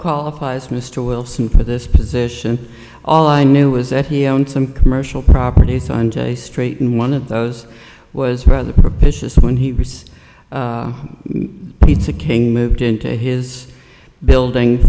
qualifies mr wilson for this position all i knew was that he owned some commercial properties and straight in one of those was rather propitious when he said pizza king moved into his building